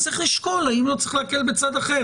אז צריך לשקול האם לא צריך להקל בצד אחר.